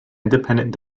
independent